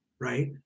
right